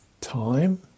time